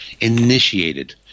initiated